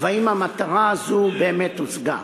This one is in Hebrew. והאם המטרה הזו באמת הושגה.